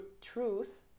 truth